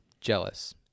jealous